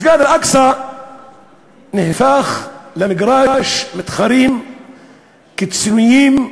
מסגד אל-אקצא נהפך למגרש מתחרים קיצונים,